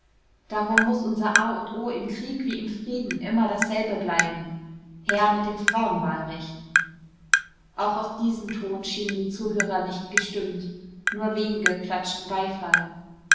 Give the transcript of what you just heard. darum muß unser a und o im krieg wie im frieden immer dasselbe bleiben her mit dem frauenwahlrecht auch auf diesen ton schienen die zuhörer nicht gestimmt nur wenige klatschten beifall